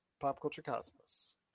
PopCultureCosmos